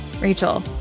Rachel